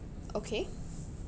okay